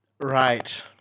Right